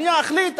אני אחליט,